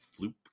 floop